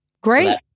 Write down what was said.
Great